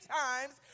times